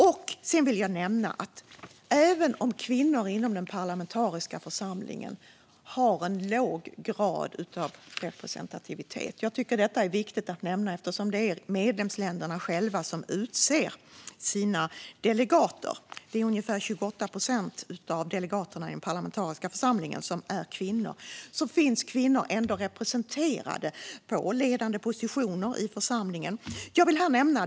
Jag vill också nämna att kvinnor har en låg grad av representativitet inom den parlamentariska församlingen. Jag tycker att detta är viktigt att nämna eftersom medlemsländerna själva utser sina delegater. Ungefär 28 procent av delegaterna i den parlamentariska församlingen är kvinnor. Kvinnor finns dock ändå representerade på ledande positioner i församlingen.